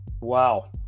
Wow